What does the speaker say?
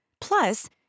Plus